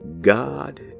God